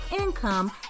income